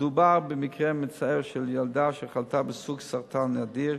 מדובר במקרה מצער של ילדה שחלתה בסוג סרטן נדיר,